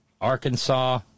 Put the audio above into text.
Arkansas